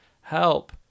help